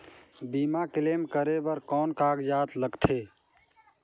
बीमा क्लेम करे बर कौन कागजात लगथे?